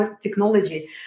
technology